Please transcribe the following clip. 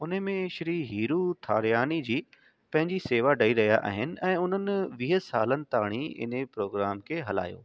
उने में श्री हीरू थारियानी जी पंहिंजी सेवा ॾेई रहिया आहिनि ऐं उन्हनि वीह सालनि ताईं इने प्रोग्राम खे हलायो